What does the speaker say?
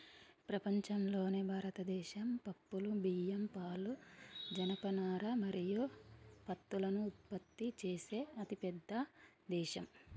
ప్రపంచంలోనే భారతదేశం పప్పులు, బియ్యం, పాలు, జనపనార మరియు పత్తులను ఉత్పత్తి చేసే అతిపెద్ద దేశం